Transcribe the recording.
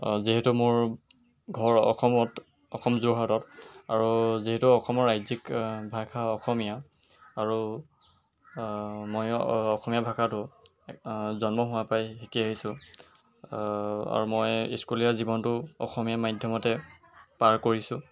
যিহেতু মোৰ ঘৰ অসমত অসম যোৰহাটত আৰু যিহেতু অসমৰ ৰাজ্যিক ভাষা অসমীয়া আৰু ময়ো অসমীয়া ভাষাটো জন্ম হোৱাৰ পৰাই শিকি আহিছোঁ আৰু মই স্কুলীয়া জীৱনটো অসমীয়া মাধ্যমতে পাৰ কৰিছোঁ